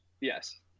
Yes